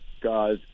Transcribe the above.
guys